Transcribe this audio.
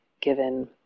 given